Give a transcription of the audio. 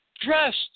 dressed